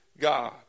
God